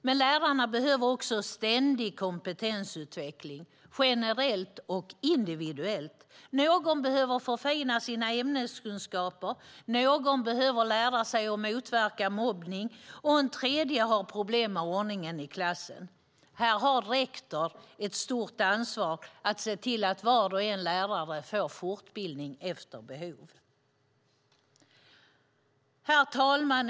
Men lärarna behöver också ständig kompetensutveckling, generellt och individuellt. Någon behöver förfina sina ämneskunskaper, någon behöver lära sig att motverka mobbning, och en tredje har problem med ordningen i klassen. Här har rektor ett stort ansvar för att se till att varje lärare får fortbildning efter behov. Herr talman!